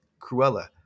Cruella